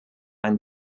einen